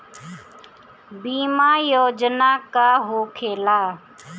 बीमा योजना का होखे ला?